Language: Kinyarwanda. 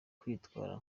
kwitwa